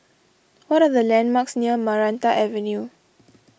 what are the landmarks near Maranta Avenue